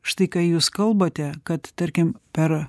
štai ką jūs kalbate kad tarkim per